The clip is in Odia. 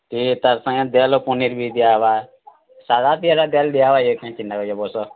ଠିକ୍ ତା'ର୍ ସାଙ୍ଗେ ଡ଼ାଏଲ୍ ଆଉ ପନିର୍ ବି ଦିଆହେବା ସାଧାଥି ହେଲେ ଡ଼ାଏଲ୍ ଦିଆହେବା ଯେ କାଏଁଯେ ଚିନ୍ତା କରୁଛ ବସ